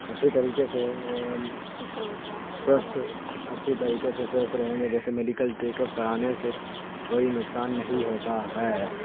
اچھے طریقے سے سوستھ اچھی طریقے سے سوستھ رہیں گے جیسے میڈیکل چیک اپ کرانے سے کوئی نقصان نہیں ہوتا ہے